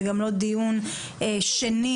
וגם לא דיון שני.